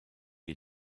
est